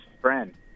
friend